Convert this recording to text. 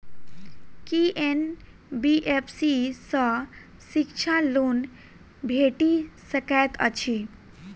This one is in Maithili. की एन.बी.एफ.सी सँ शिक्षा लोन भेटि सकैत अछि?